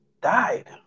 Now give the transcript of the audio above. died